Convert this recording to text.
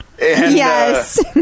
Yes